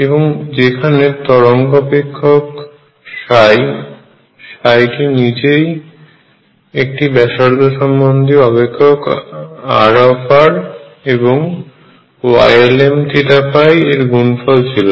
এবং যেখানে তরঙ্গ অপেক্ষক টি নিজেই একটি ব্যাসার্ধ সম্বন্ধীয় অপেক্ষক R এবং Ylmθϕ এর গুণফল ছিল